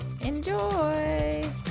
Enjoy